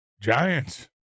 Giants